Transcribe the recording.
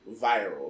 viral